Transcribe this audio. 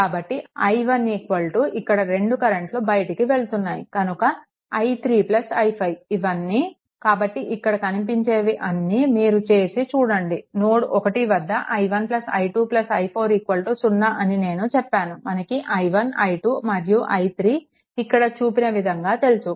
కాబట్టి i1 ఇక్కడ రెండు కరెంట్లు బయటికి వెళ్తున్నాయి కనుక i3 i5 ఇవ్వన్నీ కాబట్టి ఇక్కడ కనిపించేవి అన్ని మీరు చేసి చూడండి నోడ్1 వద్ద i1 i2 i4 0 అని నేను చెప్పాను మనకు i1 i2 మరియు i3 ఇక్కడ చూపిన విధంగా తెలుసు